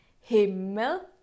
Himmel